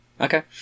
Okay